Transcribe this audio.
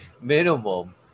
minimum